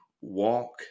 walk